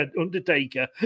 undertaker